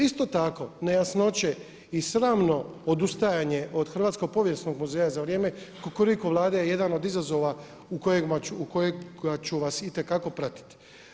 Isto tako nejasnoće i sramno odustajanje od hrvatsko-povijesnog muzeja za vrijeme Kukuriku vlade je jedan od izazova u kojima ću vas itekako pratiti.